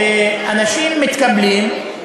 ואנשים מתקבלים,